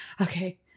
okay